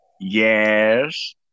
Yes